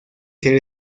ser